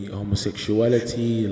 homosexuality